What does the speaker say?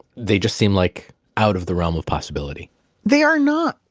they just seem like out of the realm of possibility they are not.